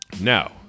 now